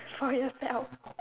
for yourself